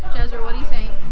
jezra, what do you think?